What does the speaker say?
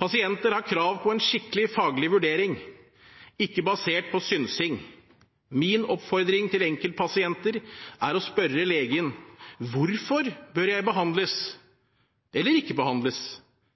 «Pasienter har krav på en skikkelig faglig vurdering, ikke basert på synsing. Min oppfordring til enkeltpasienter er å spørre legen: «Hvorfor bør jeg behandles ? Vis meg argumenter og talldokumentasjon.» Med data lett tilgjengelig, tar ikke